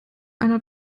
einer